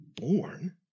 born